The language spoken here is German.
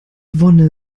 wonne